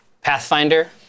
Pathfinder